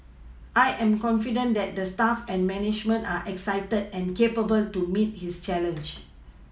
I am confident that the staff and management are excited and capable to meet this challenge